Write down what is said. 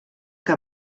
que